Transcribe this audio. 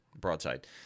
Broadside